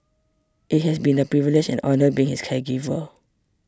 it has been a privilege and honour being his caregiver